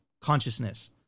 consciousness